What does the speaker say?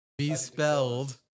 bespelled